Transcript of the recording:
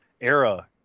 era